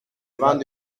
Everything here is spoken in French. avant